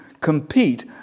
compete